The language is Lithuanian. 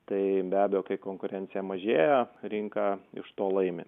tai be abejo kai konkurencija mažėja rinka iš to laimi